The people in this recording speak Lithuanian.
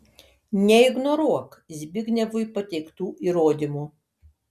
neignoruok zbignevui pateiktų įrodymų